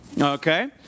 okay